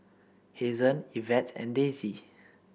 Hazen Evette and Daisy